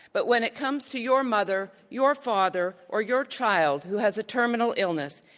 but when it comes to your mother, your father or your child who has a terminal illness,